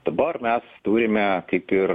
dabar mes turime kaip ir